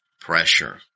pressure